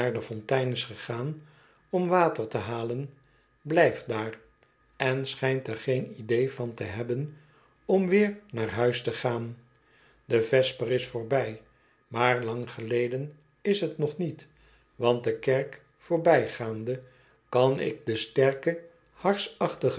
naar de fontein is gegaan om water te halen blijft daar en schijnt er geen idee van te hebben om weer naar huis te gaan de vesper is voorbij maar lang geleden is t nog niet want de kerk voorbijgaande kan ik den sterken